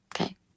Okay